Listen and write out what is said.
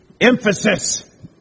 emphasis